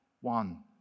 One